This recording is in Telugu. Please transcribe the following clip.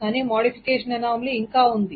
కాని మోడిఫికేషన్ అనామలీ ఇంకా ఉంది